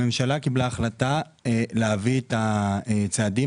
הממשלה קיבלה החלטה להביא את הצעדים